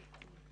13:10.